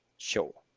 show